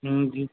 ہوں جی